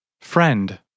Friend